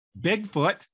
Bigfoot